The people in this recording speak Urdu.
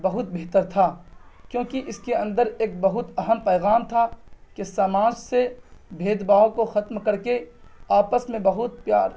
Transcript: بہت بہتر تھا کیونکہ اس کے اندر ایک بہت اہم پیغام تھا کہ سماج سے بھید بھاؤ کو ختم کر کے آپس میں بہت پیار